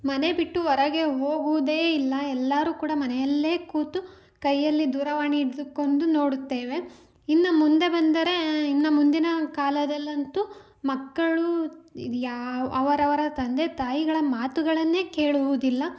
ಮನೆ ಬಿಟ್ಟು ಹೊರಗೆ ಹೋಗುವುದೇ ಇಲ್ಲ ಎಲ್ಲರು ಕೂಡ ಮನೆಯಲ್ಲೇ ಕೂತು ಕೈಯಲ್ಲಿ ದೂರವಾಣಿ ಹಿಡ್ದುಕೊಂಡು ನೋಡುತ್ತೇವೆ ಇನ್ನು ಮುಂದೆ ಬಂದರೆ ಇನ್ನು ಮುಂದಿನ ಕಾಲದಲ್ಲಂತೂ ಮಕ್ಕಳು ಯಾವ ಅವರವರ ತಂದೆ ತಾಯಿಗಳ ಮಾತುಗಳನ್ನೇ ಕೇಳುವುದಿಲ್ಲ